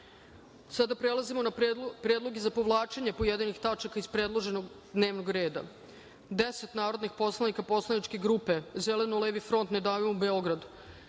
prelazimo na predloge za povlačenje pojedinih tačaka iz predloženog dnevnog reda. Deset narodnih poslanika poslaničke grupe Zeleno-levi front – Ne davimo Beograd